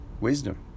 Wisdom